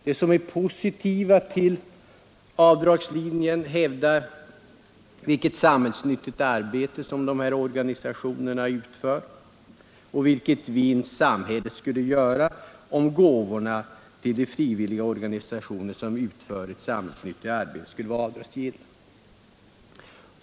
De som är positiva till avdragslinjen pekar på vilket samhällsnyttigt arbete de här organisationerna utför och vilken vinst samhället skulle göra om gåvorna till de frivilliga organisationerna, som utför det samhällsnyttiga arbetet, vore avdragsgilla.